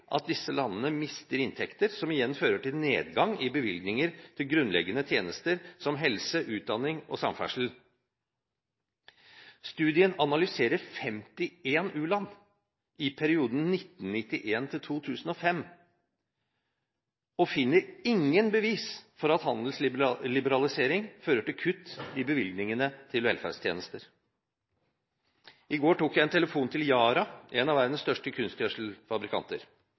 nedgang i bevilgninger til grunnleggende tjenester som helse, utdanning og samferdsel. Studien analyserer 51 u-land i perioden 1991–2005 og finner ingen bevis for at handelsliberalisering fører til kutt i bevilgningene til velferdstjenester. I går tok jeg en telefon til Yara, en av verdens største kunstgjødselfabrikanter.